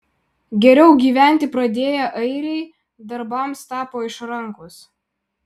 geriau gyventi pradėję airiai darbams tapo išrankūs